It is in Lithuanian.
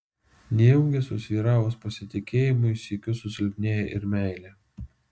nejaugi susvyravus pasitikėjimui sykiu susilpnėja ir meilė